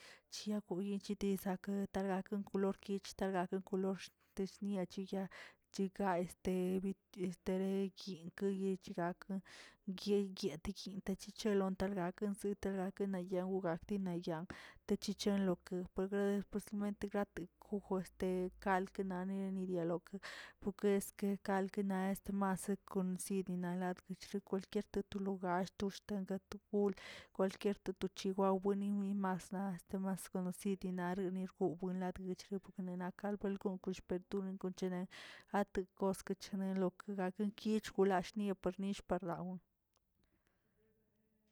Chiagoyen chetiza yetargaken norkich taga kolor teshnia chinia chiga este estere guyim keri gakə gye gyeteyin gakə chelon talgakə yitelgaken nayaw akti nayan techichon lokə este puestamente gart gugu este gald neni dialokə puki este kalgə naꞌ este masok nsidi nalat chir kwalquier to logar to xtanga to gol kwalqyier che toga ki wiweni axtna masa didinari dir wbuenlachguirt nena ka buelgonꞌ tonen kwenchena gate koskochena loken gaken ki yoch kolallnia nill' parlawen